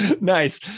Nice